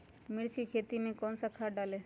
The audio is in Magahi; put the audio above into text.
मिर्च की खेती में कौन सा खाद डालें?